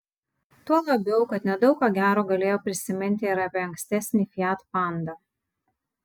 tuo labiau kad nedaug ką gero galėjau prisiminti ir apie ankstesnį fiat panda